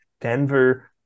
Denver-